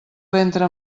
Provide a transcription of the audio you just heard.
ventre